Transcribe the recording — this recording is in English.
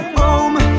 home